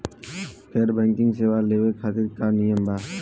गैर बैंकिंग सेवा लेवे खातिर का नियम बा?